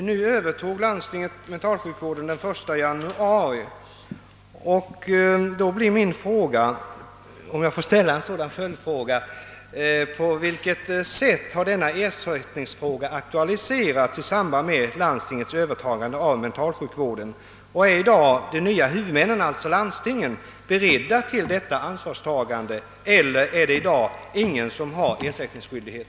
Landstingen övertog mentalsjukvården den 1 januari, och min följdfråga blir — om jag får ställa en sådan — på vilket sätt spörsmålet om ersättning har aktualiserats i samband med landstingens övertagande av mentalsjukvården. är de nya huvudmännen, landstingen, beredda att ta detta ansvar, eller är det i dag ingen som har ersättningsskyldighet?